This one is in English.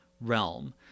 realm